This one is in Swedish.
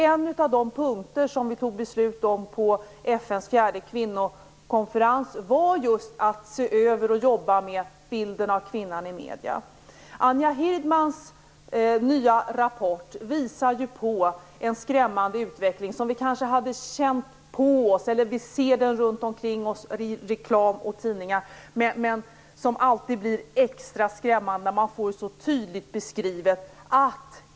En av de punkter som vi fattade beslut om vid FN:s fjärde kvinnokonferens var just att man skulle se över och arbeta med bilden av kvinnan i medierna. Anja Hirdmans nya rapport visar en skrämmande utveckling som vi kan se runt omkring oss i reklam och tidningar. Men det blir extra skrämmande när man får det så tydligt beskrivet.